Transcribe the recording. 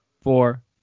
four